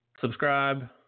subscribe